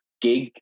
gig